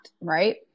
right